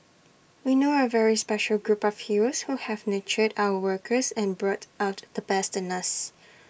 we know A very special group of heroes who have nurtured our workers and brought out the best in us